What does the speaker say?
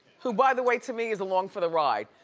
who, by the way, to me, is along for the ride.